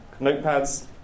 notepads